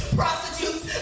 prostitutes